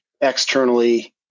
externally